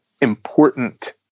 important